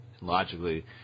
logically